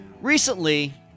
Recently